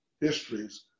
histories